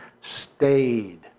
stayed